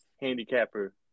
handicapper